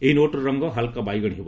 ଏହି ନୋଟ୍ର ରଙ୍ଗ ହାଲ୍କା ବାଇଗଣୀ ହେବ